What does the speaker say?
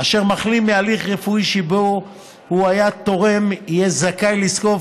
אשר מחלים מהליך רפואי שבו הוא היה תורם יהיה זכאי לזקוף